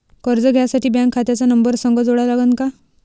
कर्ज घ्यासाठी बँक खात्याचा नंबर संग जोडा लागन का?